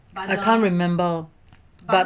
I can't remember but